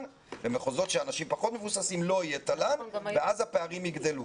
ובמחוזות שאנשים פחות מבוססים לא יהיה תל"ן ואז הפערים יגדלו.